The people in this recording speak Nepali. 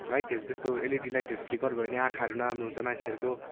लाइटहरू त्यस्तो एलइडी लाइटहरू फ्लिक आउट भयो भने आँखाहरू नराम्रो हुन्छ मान्छेहरूको